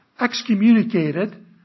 Excommunicated